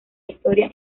historia